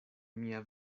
mia